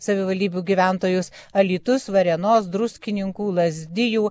savivaldybių gyventojus alytus varėnos druskininkų lazdijų